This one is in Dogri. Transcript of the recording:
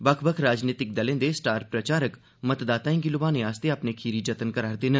बक्ख बक्ख राजनीतिक दलें दे स्टार प्रचारक मतदाताएं गी ल्भाने आस्तै अपने खीरी यत्न करा रदे न